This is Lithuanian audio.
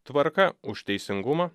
tvarka už teisingumą